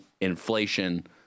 inflation